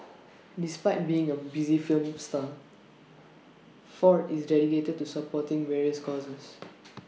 despite being A busy film star Ford is dedicated to supporting various causes